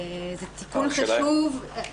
הוא תיקון חשוב.